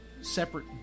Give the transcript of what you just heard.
separate